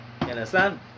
understand